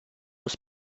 was